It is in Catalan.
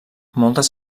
moltes